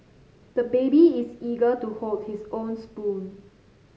the baby is eager to hold his own spoon